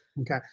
Okay